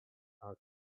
out